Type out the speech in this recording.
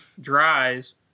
dries